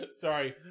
Sorry